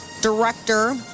director